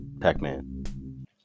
Pac-Man